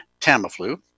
Tamiflu